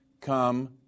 come